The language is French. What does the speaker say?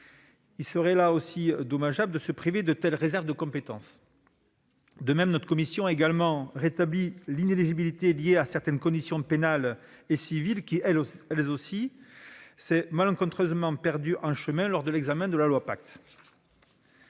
Il serait également dommageable de se priver de telles compétences. De plus, notre commission a rétabli les inéligibilités liées à certaines condamnations pénales et civiles, qui, elles aussi, se sont malencontreusement perdues en chemin lors de l'examen de la loi Pacte.